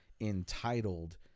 entitled